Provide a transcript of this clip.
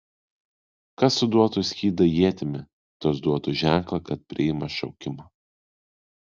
kas suduotų į skydą ietimi tas duotų ženklą kad priima šaukimą